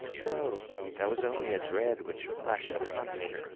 no. that was only a dread which flashed upon me,